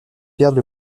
perdent